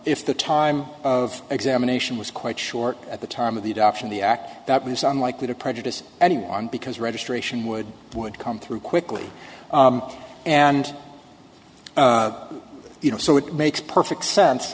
if the time of examination was quite short at the time of the adoption the act was unlikely to prejudice anyone because registration would would come through quickly and you know so it makes perfect sense